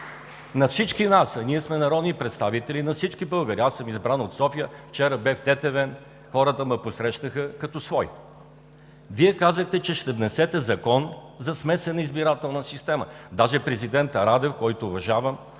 на всички нас, а ние сме народни представители на всички българи – аз съм избран от София, вчера бях в Тетевен – хората ме посрещнаха като свой, Вие казахте, че ще внесете законопроект за смесена избирателна система. Даже президентът Радев, когото уважавам,